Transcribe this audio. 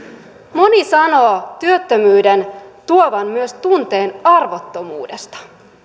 moni sanoo työttömyyden tuovan myös tunteen arvottomuudesta